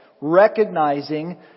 Recognizing